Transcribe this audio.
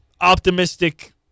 optimistic